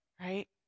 right